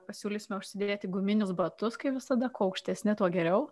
pasiūlysime užsidėti guminius batus kaip visada kuo aukštesni tuo geriau